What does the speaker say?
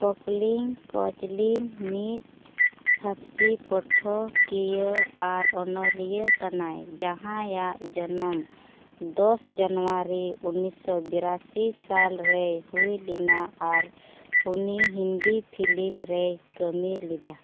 ᱠᱚᱠᱞᱤᱱ ᱠᱚᱪᱞᱤᱱ ᱢᱤᱫ ᱯᱷᱟᱯᱥᱤ ᱯᱟᱴᱷᱚᱠᱤᱭᱟᱹ ᱟᱨ ᱚᱱᱚᱞᱤᱭᱟᱹ ᱠᱟᱱᱟᱭ ᱡᱟᱦᱟᱸᱭᱟᱜ ᱡᱚᱱᱚᱢ ᱫᱚᱥ ᱡᱟᱱᱣᱟᱨᱤ ᱩᱱᱤᱥᱥᱚ ᱵᱤᱨᱟᱥᱤ ᱥᱟᱞ ᱨᱮ ᱦᱩᱭ ᱞᱮᱱᱟ ᱟᱨ ᱩᱱᱤ ᱦᱤᱱᱫᱤ ᱯᱷᱤᱞᱤᱢ ᱨᱮᱭ ᱠᱟᱹᱢᱤ ᱞᱮᱫᱟ